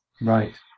Right